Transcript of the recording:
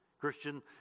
Christian